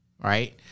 right